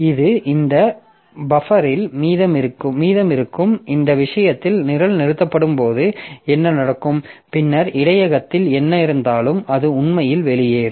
இது இந்த பஃப்பரில் மீதமிருக்கும் இந்த விஷயத்தில் நிரல் நிறுத்தப்படும்போது என்ன நடக்கும் பின்னர் இடையகத்தில் என்ன இருந்தாலும் அது உண்மையில் வெளியேறும்